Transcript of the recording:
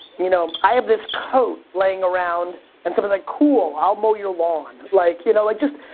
you know i have this coat laying around and someone's like, cool, i'll mow your lawn. like you know like just,